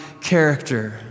character